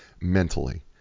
mentally